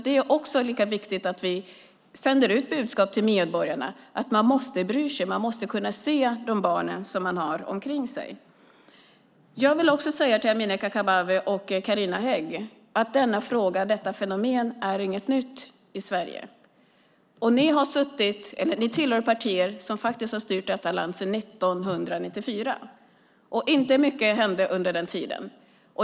Det är viktigt att vi sänder ut budskapet till medborgarna att man måste bry sig. Man måste kunna se de barn som man har omkring sig. Jag vill också säga till Amineh Kakabaveh och Carina Hägg att denna fråga och detta fenomen inte är något nytt i Sverige. Ni tillhör partier som har styrt detta land sedan 1994. Inte mycket hände under den tiden.